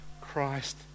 Christ